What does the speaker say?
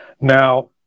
Now